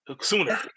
Sooner